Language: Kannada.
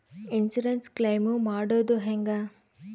ಇನ್ಸುರೆನ್ಸ್ ಕ್ಲೈಮು ಮಾಡೋದು ಹೆಂಗ?